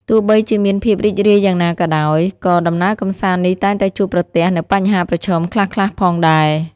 ទោះបីជាមានភាពរីករាយយ៉ាងណាក៏ដោយ ក៏ដំណើរកម្សាន្តនេះតែងតែជួបប្រទះនូវបញ្ហាប្រឈមខ្លះៗផងដែរ។